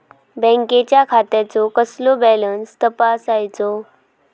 बँकेच्या खात्याचो कसो बॅलन्स तपासायचो?